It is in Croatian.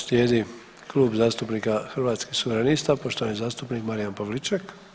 Slijedi Klub zastupnika Hrvatskih suverenista poštovani zastupnik Marijan Pavliček.